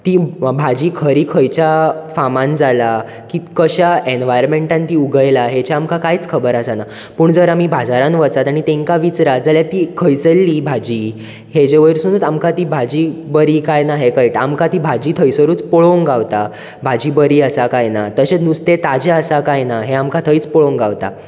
तीं भाजी खरीं खंयच्या फार्मांत जाला कित खंयच्या ऍनवायरमेंटान तीं उगयल्या हेंचे आमकां कांयच खबर आसना पूण जर आमी बाजारांत वचत आनी तेंका विचरत जाल्यार ती खंयसल्ली हीं भाजी हेचे वरसूनूच आमकां तीं भाजी बरीं कांय ना हें कळटा आमकां ती भाजी थंयसरूच पळोवंक गावता भाजी बरीं आसा कांय ना तशेंच नुस्तें ताजे आसा कांय ना हें आमकां थंयच पळोवंक गावता